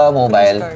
mobile